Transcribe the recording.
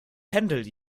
händel